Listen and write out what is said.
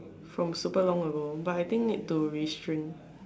from super long ago but I think need to restring